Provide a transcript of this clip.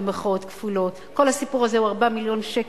כל הסיפור הזה הוא 4 מיליון שקל.